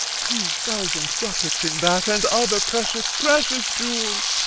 two thousand ducats in that, and other precious, precious jewels.